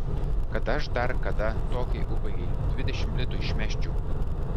kad aš dar kada tokiai ubagei dvidešimt litų išmesčiau